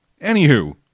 Anywho